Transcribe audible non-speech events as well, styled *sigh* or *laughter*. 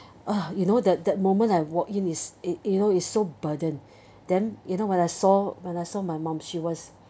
ah you know that that moment I walked in is you know it's so burden *breath* then you know when I saw when I saw my mom she was